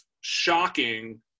shocking